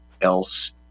else